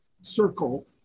circle